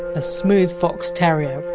a smooth fox terrier.